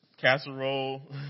casserole